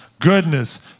goodness